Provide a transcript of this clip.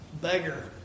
beggar